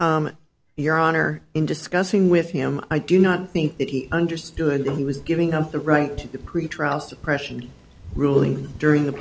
your honor in discussing with him i do not think that he understood that he was giving up the right to the pretrial suppression ruling during the